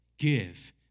Give